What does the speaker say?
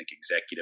executive